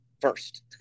first